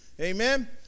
amen